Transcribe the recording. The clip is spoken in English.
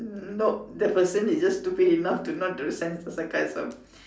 nope the person is just stupid enough to not understand sarcasm